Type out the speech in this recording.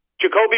jacoby